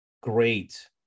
great